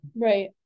right